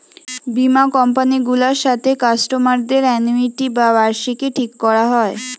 বীমা কোম্পানি গুলার সাথে কাস্টমারদের অ্যানুইটি বা বার্ষিকী ঠিক কোরা হয়